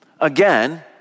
Again